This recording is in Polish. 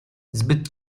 zbyt